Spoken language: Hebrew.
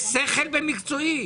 יש שכל במקצועי?